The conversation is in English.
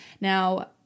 Now